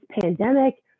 pandemic